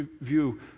view